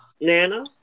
Nana